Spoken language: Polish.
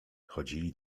chodzili